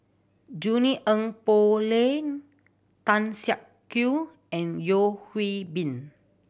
Junie Sng Poh Leng Tan Siak Kew and Yeo Hwee Bin